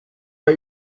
bei